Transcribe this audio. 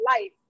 life